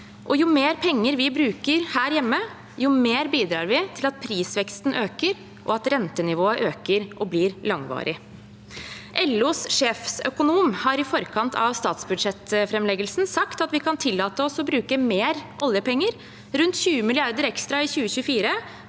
jo mer penger vi bruker her hjemme, jo mer bidrar vi til at prisveksten øker, og at rentenivået øker og blir langvarig. LOs sjefsøkonom har i forkant av statsbudsjettframleggelsen sagt at vi kan tillate oss å bruke mer oljepenger, rundt 20 mrd. kr ekstra i 2024